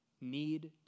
need